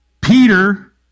Peter